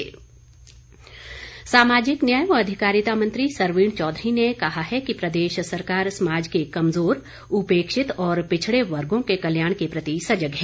सरवीण चौधरी सामाजिक न्याय व अधिकारिता मंत्री सरवीण चौधरी ने कहा है कि प्रदेश सरकार समाज के कमजोर उपेक्षित और पिछड़े वर्गों के कल्याण के प्रति सजग है